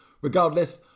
Regardless